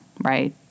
right